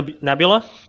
Nebula